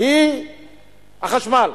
היא החשמל.